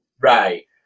Right